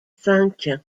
cinq